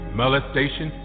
molestation